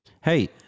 Hey